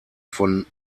von